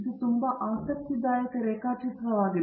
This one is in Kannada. ಇದು ತುಂಬಾ ಆಸಕ್ತಿದಾಯಕ ರೇಖಾಚಿತ್ರವಾಗಿದೆ